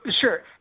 sure